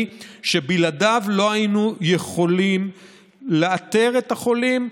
שבלעדיו לא היינו יכולים לאתר את החולים,